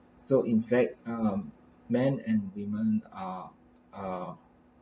so in fact um men and women are uh